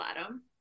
Adam